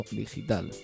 digital